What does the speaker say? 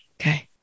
Okay